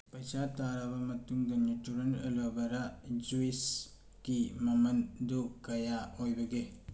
ꯄꯩꯁꯥ ꯇꯥꯔꯕ ꯃꯇꯨꯡꯗ ꯅꯦꯆꯔꯦꯟ ꯑꯦꯂꯣꯚꯦꯔꯥ ꯖꯨꯏꯁꯀꯤ ꯃꯃꯟꯗꯨ ꯀꯌꯥ ꯑꯣꯏꯕꯒꯦ